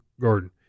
garden